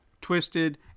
twisted